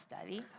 study